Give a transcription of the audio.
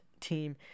team